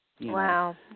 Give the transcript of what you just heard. Wow